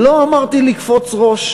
לא אמרתי לקפוץ ראש,